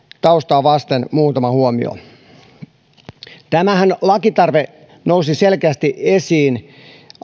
taustaa vasten muutama huomio tämä lakitarvehan nousi selkeästi esiin